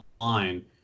line